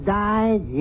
died